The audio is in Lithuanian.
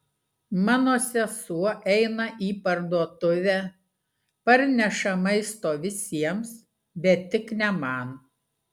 mano sesuo eina į parduotuvę parneša maisto visiems bet tik ne man